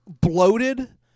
bloated